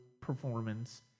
performance